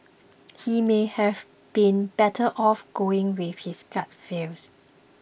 he may have been better off going with his gut feel